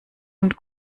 und